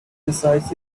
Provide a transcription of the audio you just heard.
decisive